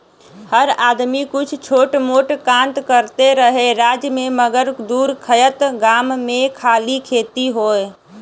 हर आदमी कुछ छोट मोट कां त करते रहे राज्य मे मगर दूर खएत गाम मे खाली खेती होए